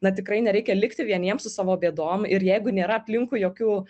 na tikrai nereikia likti vieniems su savo bėdom ir jeigu nėra aplinkui jokių